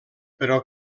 però